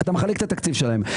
אתה מחלק את התקציב שלהם,